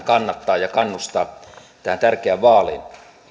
kannattaa ja kannustaa tähän tärkeään vaaliin